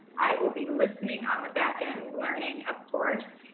i will be listening on the back end learning, of course,